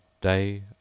day